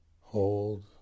hold